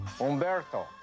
Umberto